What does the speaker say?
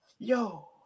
yo